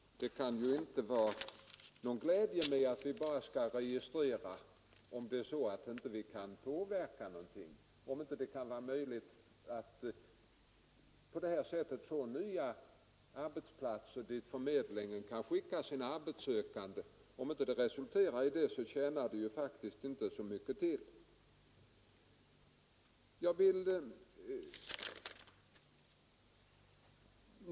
Det kan inte vara någon glädje med att bara registrera; om det inte resulterar i att vi kan få nya arbetsplatser dit förmedlingen kan skicka sina arbetssökande, tjänar det faktiskt inte så mycket till.